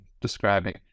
describing